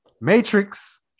Matrix